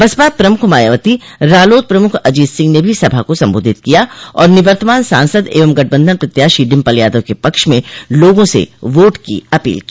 बसपा प्रमुख मायावती रालोद प्रमुख अजित सिंह ने भी सभा को संबोधित किया और निवर्तमान सांसद एवं गठबंधन प्रत्याशी डिम्पल यादव के पक्ष में लोगों से वोट की अपील की